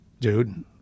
dude